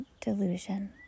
delusion